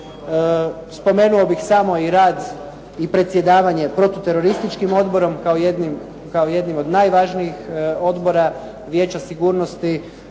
Spomenuo bih samo i rad i predsjedavanje protuterorističkim odborom kao jednim od najvažnijih odbora Vijeća sigurnosti.